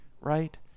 right